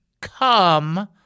come